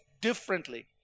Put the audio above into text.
differently